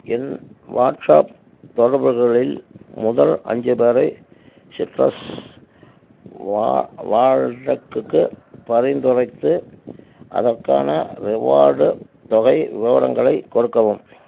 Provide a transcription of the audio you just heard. என் WhatsApp தொடர்புகளில் முதல் அஞ்சு பேரை சிட்ரஸ் வா வாலெட்டுக்குப் பரிந்துரைத்து அதற்கான ரிவார்டு தொகை விவரங்களை கொடுக்கவும்